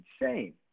insane